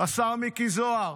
השר מיקי זוהר.